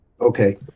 okay